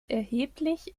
erheblich